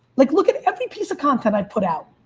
like look at every piece of content i put out.